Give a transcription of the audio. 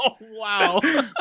wow